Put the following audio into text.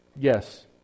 yes